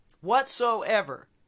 Whatsoever